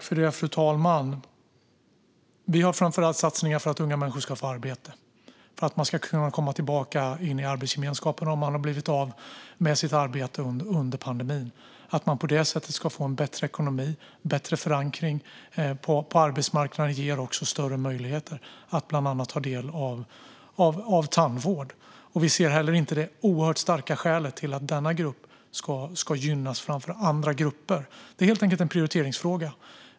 Fru talman! Vi har framför allt satsningar på att unga människor ska få arbete, för att man ska kunna komma tillbaka till arbetsgemenskapen om man har blivit av med sitt arbete under pandemin. På det sättet får man en bättre ekonomi. Bättre förankring på arbetsmarknaden ger också större möjligheter att ta del av bland annat tandvård. Vi ser inte heller det oerhört starka skälet för att denna grupp ska gynnas framför andra grupper. Det är helt enkelt en prioriteringsfråga.